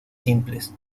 simples